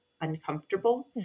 uncomfortable